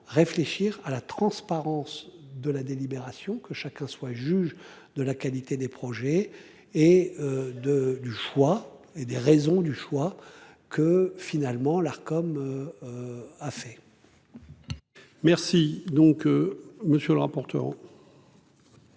réfléchir à la transparence de la délibération que chacun soit juge de la qualité des projets et de du foie et des raisons du choix que finalement l'Arcom. A fait. Merci donc. Monsieur le rapporteur.